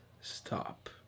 stop